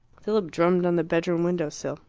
philip drummed on the bedroom window-sill.